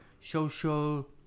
social